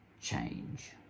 change